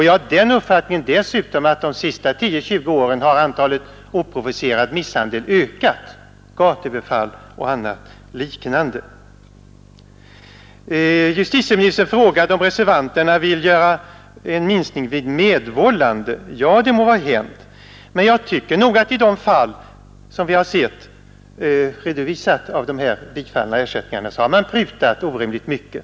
Jag är dessutom av den uppfattningen att antalet oprovocerade misshandelsfall — gatuöverfall och liknande — under de senaste 10—20 åren ökat. Justitieministern frågade om reservanterna vill gå med på en begränsning av ersättningen vid medvållande. Ja, det må vara hänt, men jag tycker nog att man i de fall av utbetalade ersättningar som redovisats vid utskottsbehandlingen har prutat orimligt mycket.